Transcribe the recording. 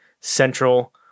Central